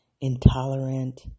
intolerant